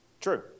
True